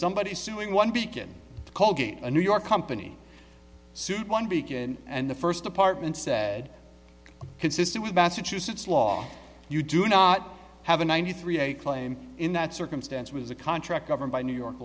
somebody suing one beacon call game a new york company sued one begin and the first department said consistent with massachusetts law you do not have a ninety three a claim in that circumstance was a contract governed by new york